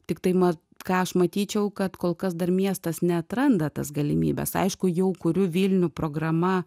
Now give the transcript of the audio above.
tiktai ma ką aš matyčiau kad kol kas dar miestas neatranda tas galimybes aišku jau kuriu vilnių programa